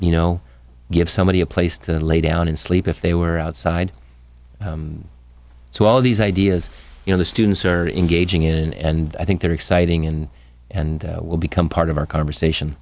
you know give somebody a place to lay down and sleep if they were outside so all these ideas you know the students are engaging in and i think they're exciting and and will become part of our conversation